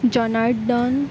Janardan